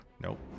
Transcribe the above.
Nope